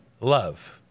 love